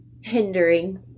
hindering